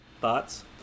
thoughts